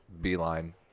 beeline